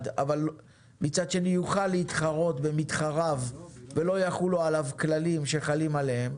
אבל מצד שני יוכל להתחרות במתחריו ולא יחולו עליו כללים שחלים עליהם.